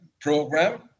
program